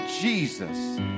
Jesus